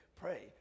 Pray